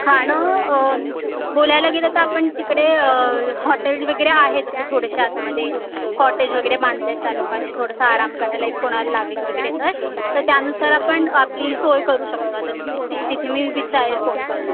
खाणं बोलायला गेलं तर आपण तिकडे हॉटेल्स वगैरे आहे तसे थोडेसे आतमध्ये कॉटेज वगैरे बांधले आहेत त्या लोकांनी थोडंसं आराम करायला ही कोणाला लागलं वगैरे तर तर त्यानुसार आपण आपली सोय करू शकतो आता ती ती तिथे मी विचारेल फोन करून